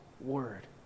word